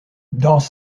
dans